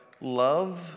love